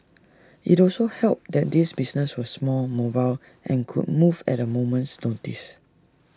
IT also helped that these businesses were small mobile and could move at A moment's notice